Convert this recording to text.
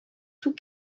tous